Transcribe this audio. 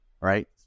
right